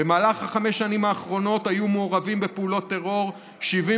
במהלך חמש השנים האחרונות היו מעורבים בפעולות טרור 78